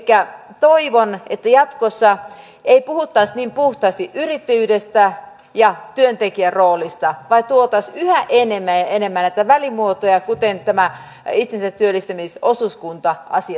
elikkä toivon että jatkossa ei puhuttaisi niin puhtaasti yrittäjyydestä ja työntekijän roolista vaan tuotaisiin yhä enemmän ja enemmän näitä välimuotoja esille kuten nämä itsensätyöllistämisosuuskunta asiat